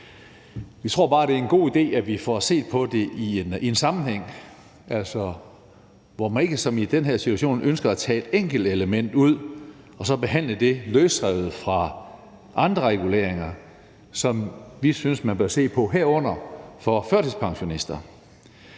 Vi tror bare, at det er en god idé, at vi får set på det i en sammenhæng, altså hvor man ikke som i den her situation ønsker at tage et enkeltelement ud og behandle det løsrevet fra andre reguleringer, som vi synes man bør se på, herunder dem for førtidspensionister.